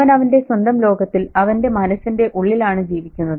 അവൻ അവന്റെ സ്വന്തം ലോകത്തിൽ അവന്റെ മനസ്സിന്റെ ഉള്ളിലാണ് ജീവിക്കുന്നത്